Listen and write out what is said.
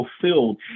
fulfilled